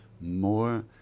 more